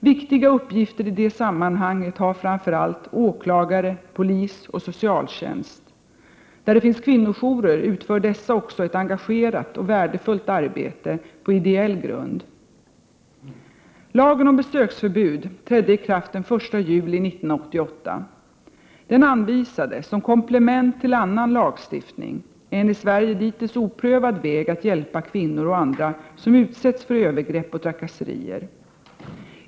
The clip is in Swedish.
Viktiga uppgifter i det sammanhanget har framför allt åklagare, polis och socialtjänst. På de orter där det finns kvinnojourer utför dessa också ett engagerat och värdefullt arbete på ideell grund. Lagen om besöksförbud trädde i kraft den 1 juli 1988. Den anvisade — som komplement till annan lagstiftning — en i Sverige dittills oprövad väg att hjälpa kvinnor och andra som utsätts för övergrepp och trakasserier.